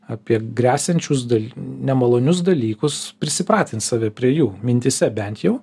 apie gresiančius nemalonius dalykus prisipratint save prie jų mintyse bent jau